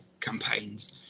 campaigns